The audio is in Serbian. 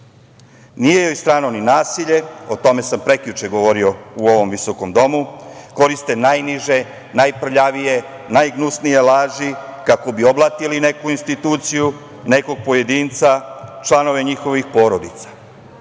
Nije joj strano ni nasilje, o tome sam prekjuče govorio u ovom visokom domu, koriste najniže, najprljavije, najgnusnije laži kako bi oblatili neku instituciju, nekog pojedinca, članove njihovih porodica.